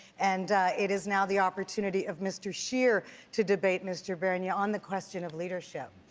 and it is now the opportunity of mr. scheer to debate mr. bernier on the question of leadership.